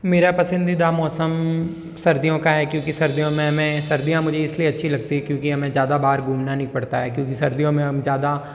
मेरा पसंदीदा मौसम सर्दियों का है क्योंकि सर्दियों में हमें सर्दियाँ मुझे इसलिए अच्छी लगती है क्योंकि हमें ज़्यादा बाहर घूमना नहीं पड़ता है क्योंकि सर्दियों में हम ज़्यादा